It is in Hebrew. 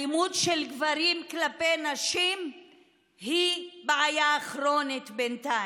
אלימות של גברים כלפי נשים היא בעיה כרונית בינתיים.